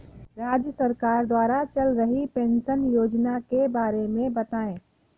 राज्य सरकार द्वारा चल रही पेंशन योजना के बारे में बताएँ?